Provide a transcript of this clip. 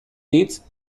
seats